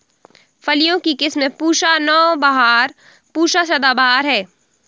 फलियों की किस्म पूसा नौबहार, पूसा सदाबहार है